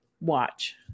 watch